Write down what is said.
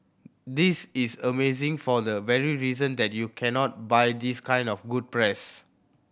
this is amazing for the very reason that you cannot buy this kind of good press